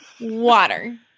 Water